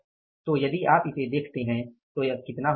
तो यदि आप इसे देखते हैं तो यह कितना होता है